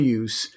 use